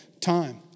Time